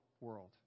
world